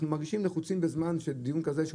אנחנו מרגישים לחוצים בזמן בדיון כזה של